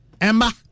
Emma